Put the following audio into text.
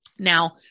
Now